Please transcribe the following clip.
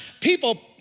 people